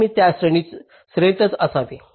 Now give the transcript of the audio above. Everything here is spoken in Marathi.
तर ती त्या श्रेणीतच असावी